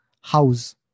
house